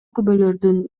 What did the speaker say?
күбөлөрдүн